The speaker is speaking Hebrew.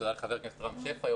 תודה לחבר הכנסת רם שפע,